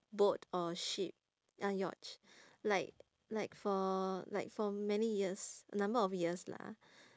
boat or ship ya yacht like like for like for many years a number of years lah